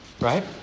Right